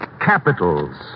capitals